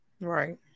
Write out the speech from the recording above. Right